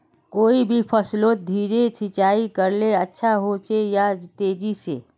कोई भी फसलोत धीरे सिंचाई करले अच्छा होचे या तेजी से?